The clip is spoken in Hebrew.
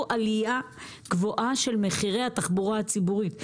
עלייה גבוהה של מחירי התחבורה הציבורית.